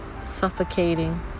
suffocating